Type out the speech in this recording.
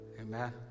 Amen